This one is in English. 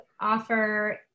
offer